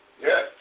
Yes